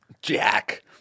Jack